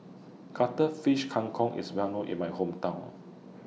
Cuttlefish Kang Kong IS Well known in My Hometown